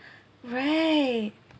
right